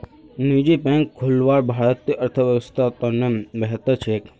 निजी बैंक खुलना भारतीय अर्थव्यवस्थार त न बेहतर छेक